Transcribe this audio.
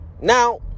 Now